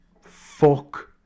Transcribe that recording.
Fuck